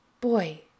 Boy